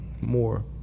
more